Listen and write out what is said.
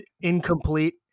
incomplete